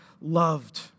loved